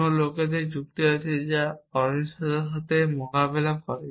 অন্যান্য ধরণের যুক্তি আছে যা অনিশ্চয়তার সাথে মোকাবিলা করে